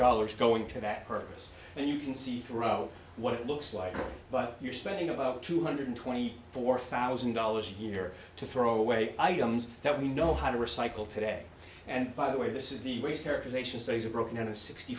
dollars going to that purpose and you can see through out what it looks like but you're spending about two hundred twenty four thousand dollars a year to throw away items that we know how to recycle today and by the way this is the way sterilizations those are broken into sixty